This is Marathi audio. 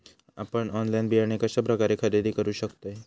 आपन ऑनलाइन बियाणे कश्या प्रकारे खरेदी करू शकतय?